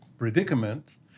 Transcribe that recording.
predicament